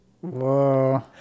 whoa